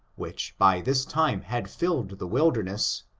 which by this time had filled the wilderness,